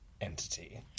entity